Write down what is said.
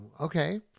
okay